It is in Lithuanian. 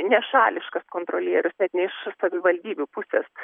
nešališkas kontrolierius net ne iš savivaldybių pusės